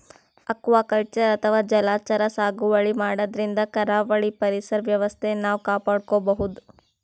aquaculture ಅಥವಾ ಜಲಚರ ಸಾಗುವಳಿ ಮಾಡದ್ರಿನ್ದ ಕರಾವಳಿ ಪರಿಸರ್ ವ್ಯವಸ್ಥೆ ನಾವ್ ಕಾಪಾಡ್ಕೊಬಹುದ್